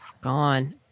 Gone